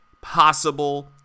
possible